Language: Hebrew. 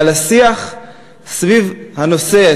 אבל השיח סביב הנושא,